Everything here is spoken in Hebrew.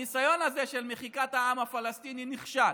הניסיון הזה של מחיקת העם הפלסטיני, נכשל.